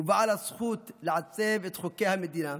ובעל הזכות לעצב את חוקי המדינה,